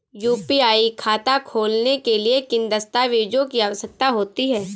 UPI खाता खोलने के लिए किन दस्तावेज़ों की आवश्यकता होती है?